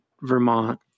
Vermont